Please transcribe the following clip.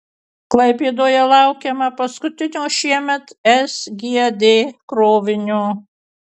klaipėdoje laukiama paskutinio šiemet sgd krovinio